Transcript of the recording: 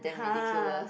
!huh!